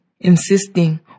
Insisting